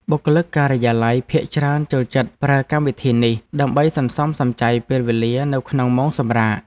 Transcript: បុគ្គលិកការិយាល័យភាគច្រើនចូលចិត្តប្រើកម្មវិធីនេះ ដើម្បីសន្សំសំចៃពេលវេលានៅក្នុងម៉ោងសម្រាក។